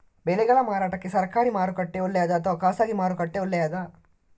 ಬೆಳೆಗಳ ಮಾರಾಟಕ್ಕೆ ಸರಕಾರಿ ಮಾರುಕಟ್ಟೆ ಒಳ್ಳೆಯದಾ ಅಥವಾ ಖಾಸಗಿ ಮಾರುಕಟ್ಟೆ ಒಳ್ಳೆಯದಾ